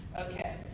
Okay